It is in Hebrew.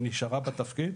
היא נשארה בתפקיד,